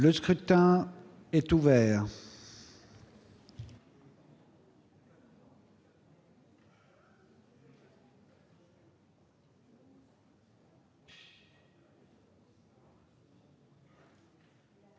Le scrutin est ouvert.